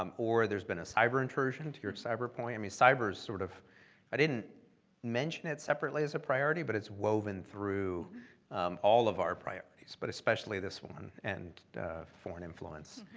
um or there's been a cyber intrusion to your cyber point. i mean, cyber is sort of i didn't mention it separately as a priority, but it's woven through all of our priorities, but especially this one and foreign influence.